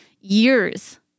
years